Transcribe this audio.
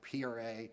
PRA